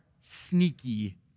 sneaky